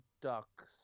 Ducks